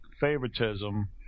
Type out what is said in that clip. favoritism